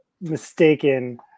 mistaken